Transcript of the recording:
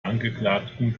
angeklagten